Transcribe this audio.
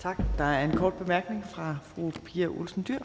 Tak. Der er en kort bemærkning fra fru Pia Olsen Dyhr.